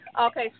Okay